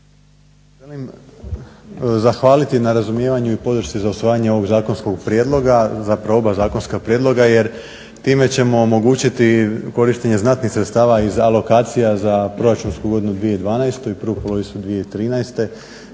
se želim zahvaliti na razumijevanju i podršci za usvajanje ovog zakonskog prijedloga, zapravo oba zakonska prijedloga jer time ćemo omogućiti i korištenje znatnih sredstava iz alokacija za proračunsku godinu 2012. i prvu polovicu 2013.,